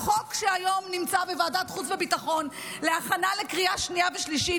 החוק שהיום נמצא בוועדת החוץ והביטחון בהכנה לקריאה השנייה והשלישית,